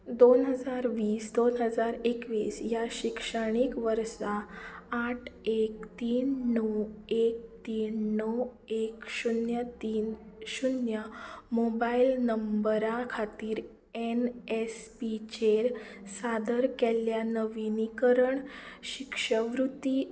दोन हजार वीस दोन हजार एकवीस ह्या शिक्षणीक वर्सा आठ एक तीन णव एक तीन णव एक शुन्य तीन शुन्य मोबायल नंबरा खातीर एनएसपीचेर सादर केल्ला नविनीकरण शिक्षवृत्ती